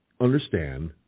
understand